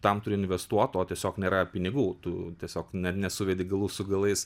tam turi investuot o tiesiog nėra pinigų tu tiesiog ne nesuvedi galų su galais